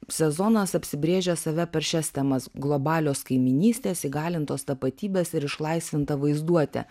sezonas apsibrėžia save per šias temas globalios kaimynystės įgalintos tapatybės ir išlaisvinta vaizduote